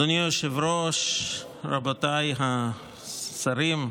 אדוני היושב-ראש, רבותיי השרים,